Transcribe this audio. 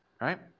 right